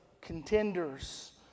contenders